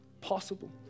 possible